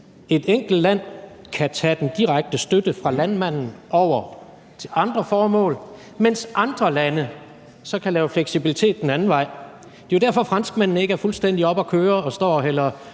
et enkelt land kan tage den direkte støtte fra landmanden til andre formål, mens andre lande så kan lave fleksibilitet den anden vej. Når franskmændene ikke er fuldstændig oppe at køre og står og hælder